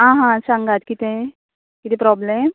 आंं हां सांगात कितें कितें प्रॉब्लेम